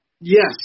Yes